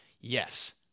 yes